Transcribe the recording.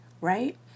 right